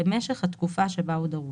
למשך התקופה שבה הוא דרוש."